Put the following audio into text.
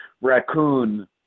raccoon